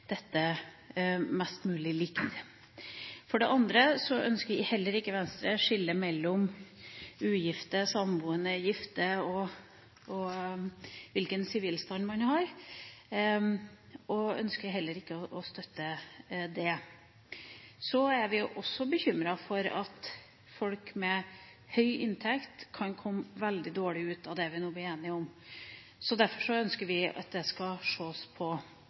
mellom ugifte, samboende, gifte – hvilken sivilstand man har – og ønsker heller ikke å støtte det. Vi er også bekymret for at folk med høy inntekt kan komme veldig dårlig ut av det vi nå blir enige om. Derfor ønsker vi at det skal ses på